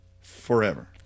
forever